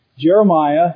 Jeremiah